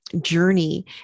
journey